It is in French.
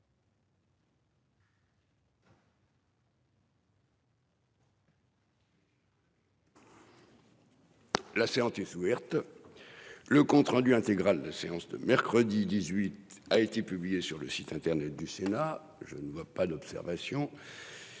La séance est ouverte. Le compte rendu intégral de la séance du 18 janvier 2023 a été publié sur le site internet du Sénat. Il n'y a pas d'observation